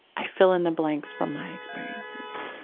i fill in the blanks from my experiences.